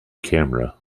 camera